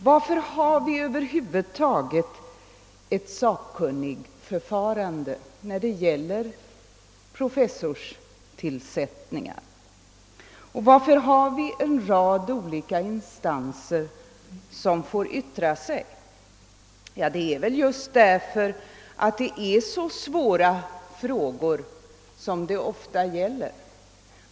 Varför har vi över huvud taget ett sakkunnigförfarande när det gäller professorstillsättningar och varför får de olika instanserna yttra sig? Det är väl just därför att det ofta gäller så svåra frågor.